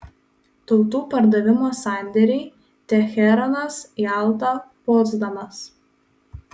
tautų pardavimo sandėriai teheranas jalta potsdamas